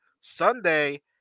Sunday